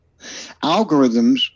Algorithms